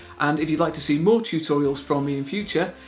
and if you'd like to see more tutorials from me in future,